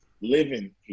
living